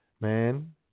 man